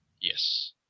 Yes